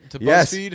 Yes